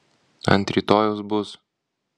ant rytojaus bus